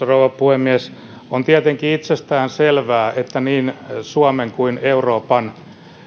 rouva puhemies on tietenkin itsestäänselvää että niin suomen kuin euroopan